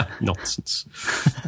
Nonsense